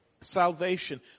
salvation